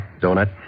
donut